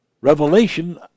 revelation